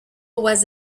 was